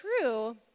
true